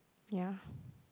ya